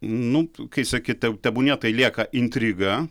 nu kai sakyti tebūnie tai lieka intriga